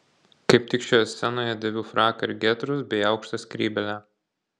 kaip tik šioje scenoje dėviu fraką ir getrus bei aukštą skrybėlę